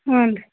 ಹ್ಞೂ ರೀ